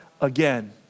again